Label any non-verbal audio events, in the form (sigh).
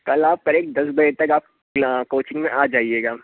कल आप करेक्ट दस बजे तक आप (unintelligible) कोचिंग में आ जाइएगा